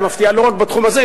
היא מפתיעה לא רק בתחום הזה,